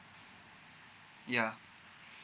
ya